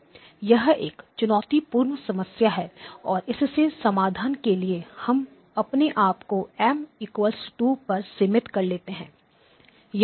यह एक चुनौतीपूर्ण समस्या है और इसके समाधान के लिए हम अपने आप को M 2 पर सीमित कर लेंगे